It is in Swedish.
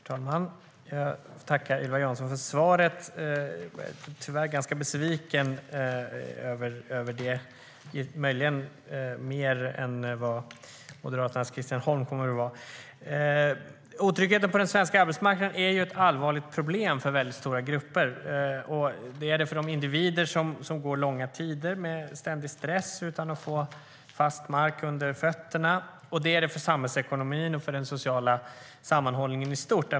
Herr talman! Jag tackar Ylva Johansson för svaret. Jag är tyvärr ganska besviken över det, möjligen mer än vad Moderaternas Christian Holm kommer att vara. Otryggheten på den svenska arbetsmarknaden är ett allvarligt problem för stora grupper. Det är det för de individer som går långa tider med ständig stress utan att få fast mark under fötterna och för samhällsekonomin och den sociala sammanhållningen i stort.